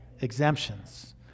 exemptions